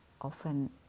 often